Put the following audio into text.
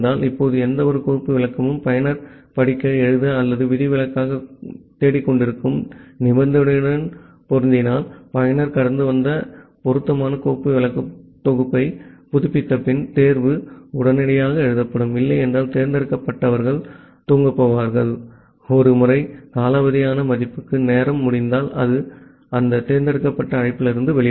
இப்போது எந்தவொரு கோப்பு விளக்கமும் பயனர் படிக்க எழுத அல்லது விதிவிலக்காகத் தேடிக்கொண்டிருக்கும் நிபந்தனையுடன் பொருந்தினால் பயனர் கடந்து வந்த பொருத்தமான கோப்பு விளக்க தொகுப்பை புதுப்பித்தபின் தேர்வு உடனடியாக எழுதப்படும் இல்லையென்றால் தேர்ந்தெடுக்கப்பட்டவர்கள் தூங்கப் போவார்கள் ஒரு முறை காலாவதியான மதிப்புக்கு நேரம் முடிந்தால் அது அந்த தேர்ந்தெடுக்கப்பட்ட அழைப்பிலிருந்து வெளிவரும்